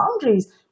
boundaries